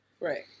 Right